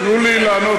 תנו לי לענות,